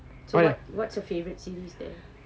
so what what's your favourite series there